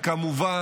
כמובן,